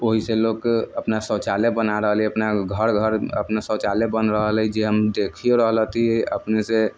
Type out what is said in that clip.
ओहिसँ लोक अपना शौचालय बना रहल हइ अपना घर घर अपना शौचालय बन रहल हइ जे हम देखिओ रहल हेति अपनेसँ